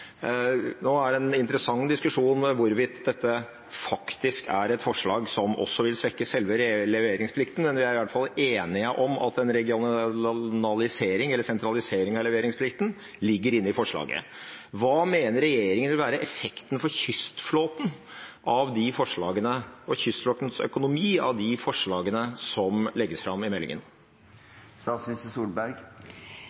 Nå er det en interessant diskusjon om hvorvidt dette er et forslag som også vil svekke selve leveringsplikten, men vi er i hvert fall enige om at en regionalisering eller sentralisering av leveringsplikten ligger inne i forslaget. Hva mener regjeringen vil være effekten for kystflåten og kystflåtens økonomi av de forslagene som legges fram i meldingen?